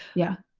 yeah.